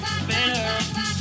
Better